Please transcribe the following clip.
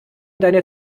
deiner